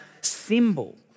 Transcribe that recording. symbol